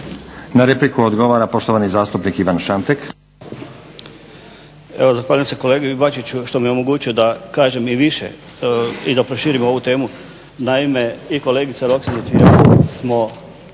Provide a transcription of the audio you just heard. Na repliku odgovara poštovani zastupnik Ivan Šantek.